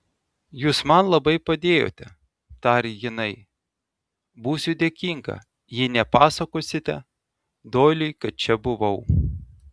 jūs man labai padėjote tarė jinai būsiu dėkinga jei nepasakosite doiliui kad čia buvau